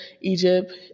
Egypt